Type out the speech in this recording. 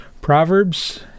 Proverbs